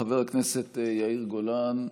חבר הכנסת יאיר גולן,